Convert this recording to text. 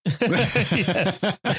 Yes